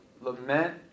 lament